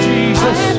Jesus